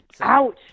Ouch